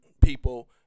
people